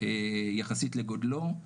יחסית לגודלו,